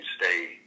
stay